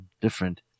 different